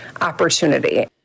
opportunity